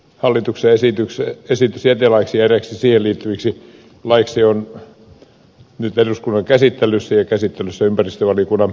hallituksen esitys jätelaiksi ja eräiksi siihen liittyviksi laeiksi on nyt eduskunnan käsittelyssä ja käsittelyssä on ympäristövaliokunnan mietintö